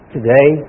Today